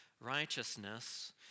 righteousness